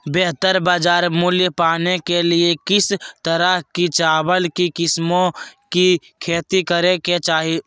बेहतर बाजार मूल्य पाने के लिए किस तरह की चावल की किस्मों की खेती करे के चाहि?